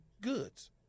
goods